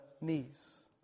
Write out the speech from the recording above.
knees